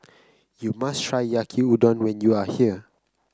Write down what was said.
you must try Yaki Udon when you are here